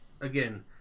again